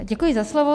Děkuji za slovo.